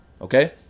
Okay